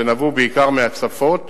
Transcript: שנבעו בעיקר מהצפות,